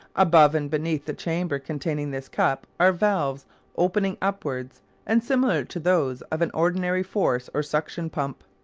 above and beneath the chamber containing this cup are valves opening upwards and similar to those of an ordinary force or suction pump.